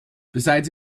besides